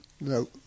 No